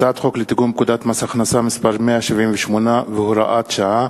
הצעת חוק לתיקון פקודת מס הכנסה (מס' 178 והוראת שעה),